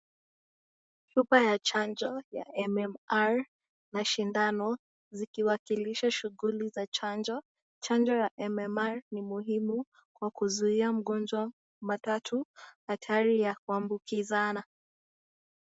Chupa ya chanjo ya MMR na shindano zikiwakilisha shughuli za chanjo, chanjo ya MMR ni muhimu kwa kuzuia mgonjwa matatu hatari ya kuambukizana.